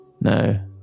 No